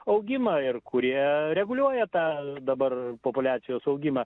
augimą ir kurie reguliuoja tą dabar populiacijos augimą